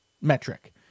metric